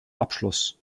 abschloss